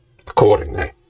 accordingly